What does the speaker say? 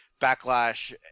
backlash